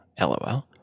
LOL